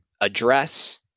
address